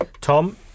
Tom